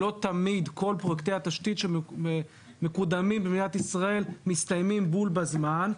לא תמיד פרויקטים של תשתיות שמקודמים במדינת ישראל מסתיימים בול בזמן.